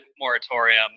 moratorium